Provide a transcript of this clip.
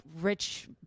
rich